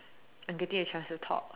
I'm getting a chance to talk